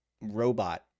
robot